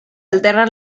alternan